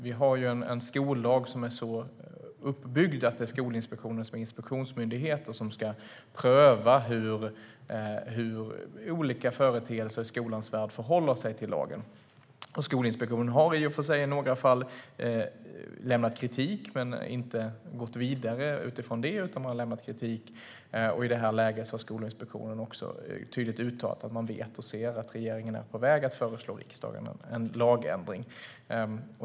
Vi har en skollag som är så uppbyggd att det är Skolinspektionen som inspektionsmyndighet som ska pröva hur olika företeelser i skolans värld förhåller sig till lagen. Skolinspektionen har i och för sig i några fall lämnat kritik men inte gått vidare utifrån det. I det läget har Skolinspektionen också tydligt uttalat att den vet och ser att regeringen är på väg att föreslå riksdagen en lagändring.